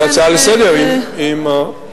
כהצעה לסדר-היום.